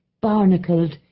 barnacled